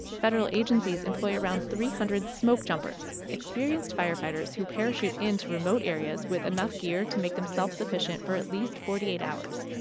federal agencies employ around three hundred smokejumpers, experienced firefighters who parachute into remote areas with enough gear to make them self-sufficient for at least forty eight hours.